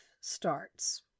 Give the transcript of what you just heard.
Starts